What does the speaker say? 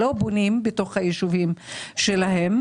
לא בונים בתוך היישובים שלהם,